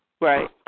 right